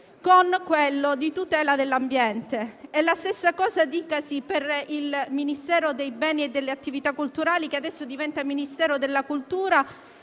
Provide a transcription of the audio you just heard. con quello di tutela dell'ambiente? La stessa cosa dicasi per il Ministero per i beni e le attività culturali, che adesso diventa Ministero della cultura,